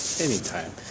Anytime